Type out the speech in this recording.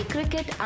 Cricket